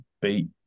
beat